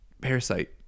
parasite